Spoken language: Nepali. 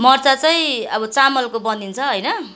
मर्चा चाहिँ अब चामलको बनिन्छ होइन